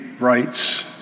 rights